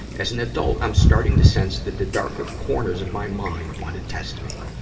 as an adult, i'm starting to sense that the darker corners of my mind want to test me.